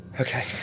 Okay